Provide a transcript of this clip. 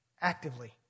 Actively